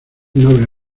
noble